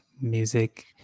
music